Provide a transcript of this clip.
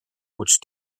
which